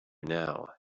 now